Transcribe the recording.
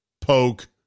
poke